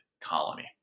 colony